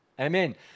Amen